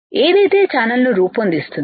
ఏదైతే ఛానల్ను రూపొందిస్తుంది